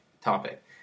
topic